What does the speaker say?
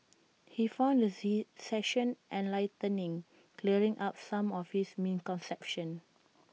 he found the Z session enlightening clearing up some of his misconceptions